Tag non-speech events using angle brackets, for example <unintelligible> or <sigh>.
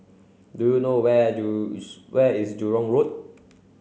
do you know where do <unintelligible> is Jurong Road